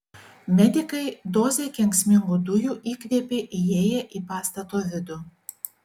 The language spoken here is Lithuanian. medikai dozę kenksmingų dujų įkvėpė įėję į pastato vidų